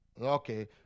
Okay